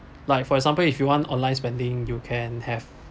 like for example if you want online spending you can have